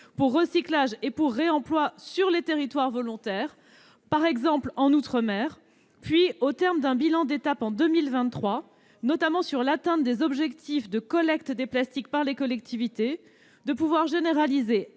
pour recyclage et pour réemploi sur les territoires volontaires, par exemple en outre-mer, et à généraliser, au terme d'un bilan d'étape en 2023, notamment sur l'atteinte des objectifs de collecte des plastiques par les collectivités, après concertation